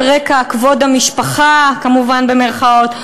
על רקע "כבוד המשפחה" כמובן במירכאות,